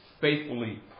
faithfully